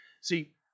See